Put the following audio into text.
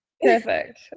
Perfect